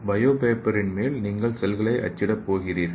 bio பேப்பரின் மேல் நீங்கள் செல்களை அச்சிடப் போகிறீர்கள்